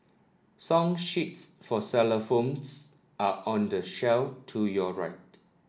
song sheets for xylophones are on the shelf to your right